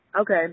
okay